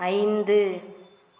ஐந்து